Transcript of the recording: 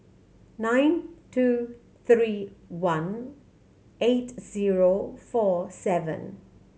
nine two three one eight zero four seven